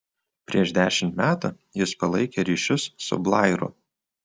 prieš dešimt metų jis palaikė ryšius su blairu